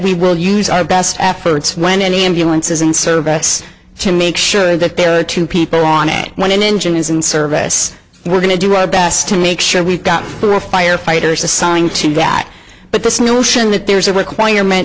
we will use our best efforts when any ambulance is in service to make sure that there are two people on it when an engine is in service we're going to do our best to make sure we've got a firefighters assigned to that but this notion that there's a requirement